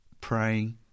praying